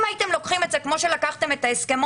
אם הייתם לוקחים את זה כמו שלקחתם את ההסכמון,